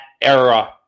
era